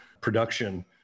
production